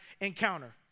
encounter